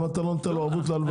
ערבות להלוואה?